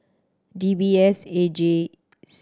D B S A G